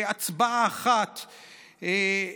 "הצבעה אחת".